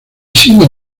siguen